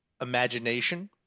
imagination